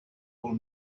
will